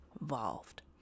involved